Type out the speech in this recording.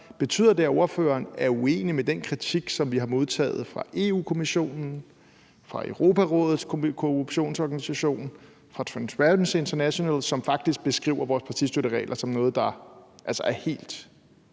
Betyder det, at ordføreren er uenig i den kritik, som vi har modtaget fra Europa-Kommissionen, fra Europarådets antikorruptionsorgan, fra Transparency International, som faktisk beskriver vores partistøtteregler som noget, der altså